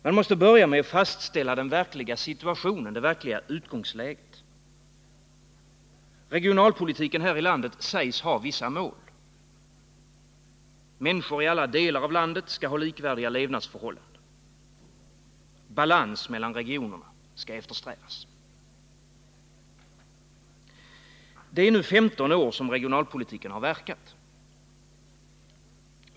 Man måste börja med att fastställa den verkliga situationen, det verkliga utgångsläget. Regionalpolitiken här i landet sägs ha vissa mål. Människor i alla delar av landet skall ha likvärdiga levnadsförhållanden. Balans mellan regionerna skall eftersträvas. Det är nu i 15 år som regionalpolitiken har verkat.